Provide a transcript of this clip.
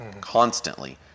constantly